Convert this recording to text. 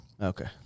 Okay